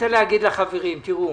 -- רבותיי,